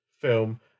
film